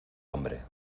hombre